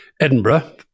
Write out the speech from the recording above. Edinburgh